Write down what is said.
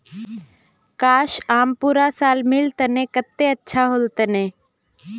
काश, आम पूरा साल मिल तने कत्ते अच्छा होल तने